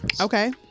Okay